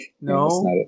No